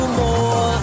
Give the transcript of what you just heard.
more